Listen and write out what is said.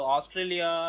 Australia